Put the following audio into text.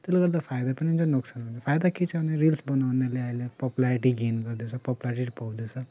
त्यसले गर्दा फाइदा पनि छ नोक्सान पनि फाइदा के छ भने रिल्स बनाउनेले अहिले पपुलारिटी गेन गर्दैछ पपुलारिटी पाउँदैछ